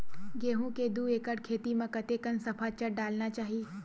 गेहूं के दू एकड़ खेती म कतेकन सफाचट डालना चाहि?